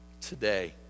today